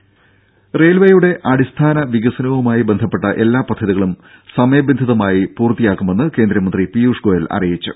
ടെട റെയിൽവെയുടെ അടിസ്ഥാന വികസനവുമായി ബന്ധപ്പെട്ട എല്ലാ പദ്ധതികളും സമയബന്ധിതമായി നടപ്പാക്കുമെന്ന് കേന്ദ്രമന്ത്രി പീയുഷ് ഗോയൽ അറിയിച്ചു